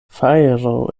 fajro